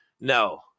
No